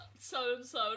so-and-so